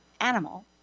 animal